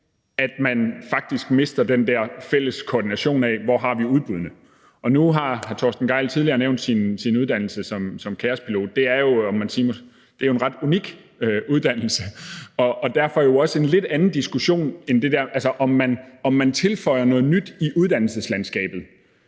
at man faktisk mister den der fælles koordination af, hvor man har udbuddene. Nu har hr. Torsten Gejl tidligere nævnt sin uddannelse som kaospilot, og det er jo en ret unik uddannelse og derfor jo også en lidt anden diskussion. Altså, om man tilføjer noget nyt til uddannelseslandskabet,